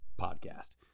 podcast